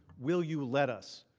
will you let us?